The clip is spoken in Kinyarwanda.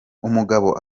umugabo